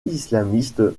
islamiste